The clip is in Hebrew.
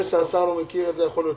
זה שהשר לא הכיר את זה יכול להיות